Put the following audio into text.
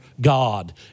God